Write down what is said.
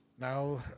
Now